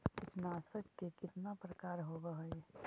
कीटनाशक के कितना प्रकार होव हइ?